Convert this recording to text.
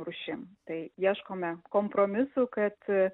rūšim tai ieškome kompromisų kad